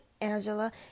Angela